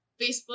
Facebook